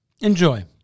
Enjoy